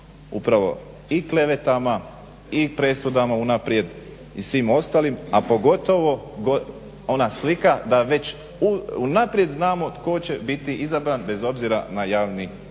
upravo i klevetama i presudama unaprijed i svim ostalim, a pogotovo ona slika da već unaprijed znamo tko će biti izabran bez obzira na javni